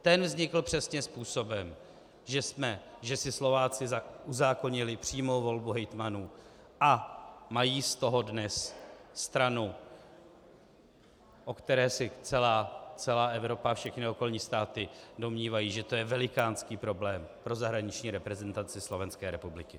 Ten vznikl přesně způsobem, že si Slováci uzákonili přímou volbu hejtmanů a mají z toho dnes stranu, o které se celá Evropa, všechny okolní státy domnívají, že to je velikánský problém pro zahraniční reprezentaci Slovenské republiky.